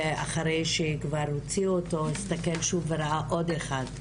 ואחרי שהוא כבר הציל אותו הוא הסתכל שוב וראה עוד אחד שטובע,